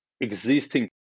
existing